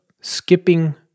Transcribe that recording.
skipping